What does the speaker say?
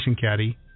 Caddy